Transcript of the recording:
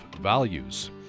values